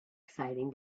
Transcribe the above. exciting